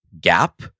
gap